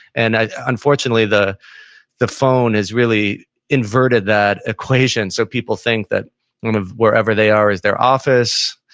and unfortunately, the the phone is really inverted that equation, so people think that kind of wherever they are is their office,